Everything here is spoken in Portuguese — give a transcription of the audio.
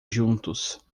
juntos